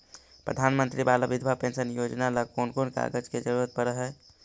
प्रधानमंत्री बाला बिधवा पेंसन योजना ल कोन कोन कागज के जरुरत पड़ है?